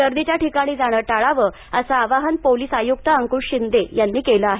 गर्दीच्या ठिकाणी जाणं टाळावं असं आवाहन पोलिस आयुक्त अंकुश शिंदे यांनी केलं आहे